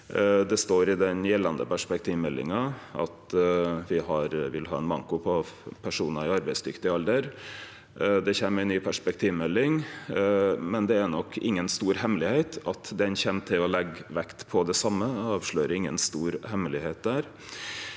Det står i den gjeldande perspektivmeldinga at me vil ha ein manko på personar i arbeidsdyktig alder. Det kjem ei ny perspektivmelding, men det er nok inga stor hemmelegheit at ho kjem til å leggje vekt på det same. Eg avslører inga stor hemmelegheit der.